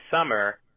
summer